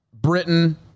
Britain